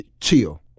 chill